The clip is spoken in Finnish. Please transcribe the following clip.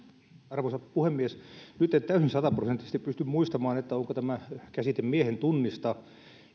arvoisa puhemies nyt en täysin sataprosenttisesti pysty muistamaan onko tämä käsite miehen tunnista